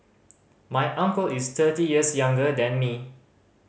my uncle is thirty years younger than me